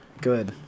Good